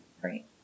Great